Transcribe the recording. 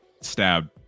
stabbed